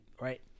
right